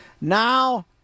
now